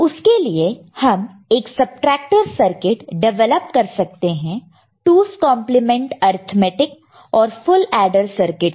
उसके लिए हम एक सबट्रैक्टर सर्किट डिवेलप कर सकते हैं 2's कंप्लीमेंट अर्थमैटिक और फुल एडर सर्किट से